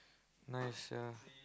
nice sia